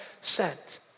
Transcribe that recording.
sent